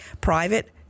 private